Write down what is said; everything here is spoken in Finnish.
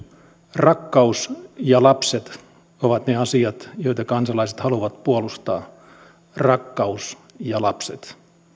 rakkaus ja lapset ovat ne asiat joita kansalaiset haluavat puolustaa rakkaus ja lapset